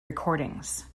recordings